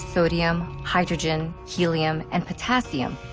sodium, hydrogen, helium, and potassium,